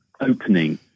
opening